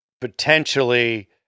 potentially